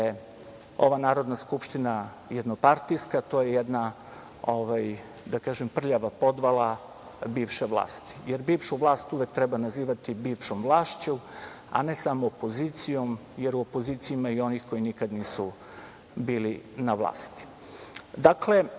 ova Narodna skupština jednopartijska. To je jedna, da tako kažem, prljava podvala bivše vlast. Jer, bivšu vlast uvek treba nazivati bivšom vlašću, a ne samo opozicijom, jer u opoziciji ima i onih koji nikada nisu bili na vlasti. Dakle,